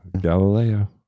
Galileo